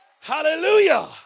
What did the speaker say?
hallelujah